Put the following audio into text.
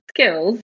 skills